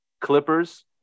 Clippers